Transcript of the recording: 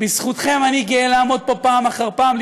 בזכותכם אני גאה לעמוד פה פעם אחר פעם,